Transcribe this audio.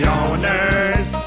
owner's